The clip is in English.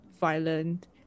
violent